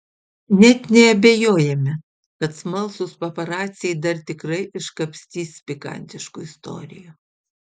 net neabejojame kad smalsūs paparaciai dar tikrai iškapstys pikantiškų istorijų